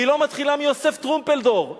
היא לא מתחילה מיוסף טרומפלדור,